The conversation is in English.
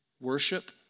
Worship